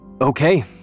Okay